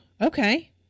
okay